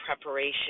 preparation